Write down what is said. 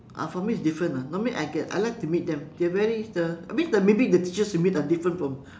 uh for me is different ah normally I get I like to meet them they are very the I mean maybe the teachers you meet are different from